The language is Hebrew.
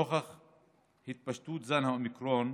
נוכח התפשטות זן האומיקרון,